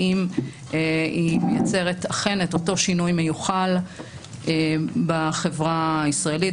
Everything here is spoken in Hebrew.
האם היא אכן מייצרת את אותו שינוי מיוחל בחברה הישראלית,